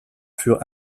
furent